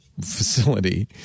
facility